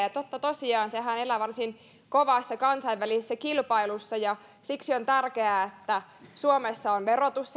sehän totta tosiaan elää varsin kovassa kansainvälisessä kilpailussa ja siksi on tärkeää että suomessa on verotus